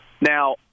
Now